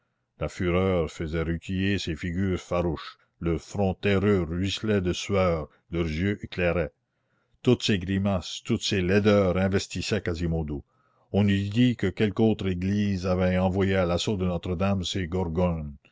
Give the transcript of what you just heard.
la fureur faisait rutiler ces figures farouches leurs fronts terreux ruisselaient de sueur leurs yeux éclairaient toutes ces grimaces toutes ces laideurs investissaient quasimodo on eût dit que quelque autre église avait envoyé à l'assaut de notre-dame ses gorgones